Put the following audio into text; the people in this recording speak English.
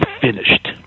finished